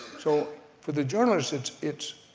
so for the journalist it's it's